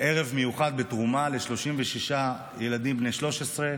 ערב מיוחד בתרומה ל-36 ילדים בני 13,